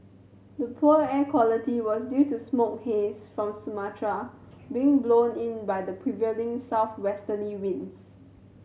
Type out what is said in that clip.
the poor air quality was due to smoke haze from Sumatra being blown in by the prevailing southwesterly winds